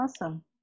Awesome